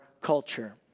culture